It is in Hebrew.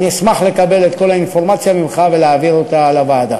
אשמח לקבל את כל האינפורמציה ממך ולהעביר אותה לוועדה.